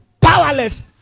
Powerless